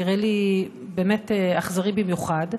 נראה לי באמת אכזרי במיוחד.